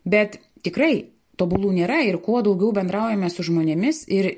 bet tikrai tobulų nėra ir kuo daugiau bendraujame su žmonėmis ir